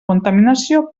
contaminació